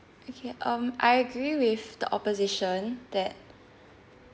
okay um I agree with the opposition that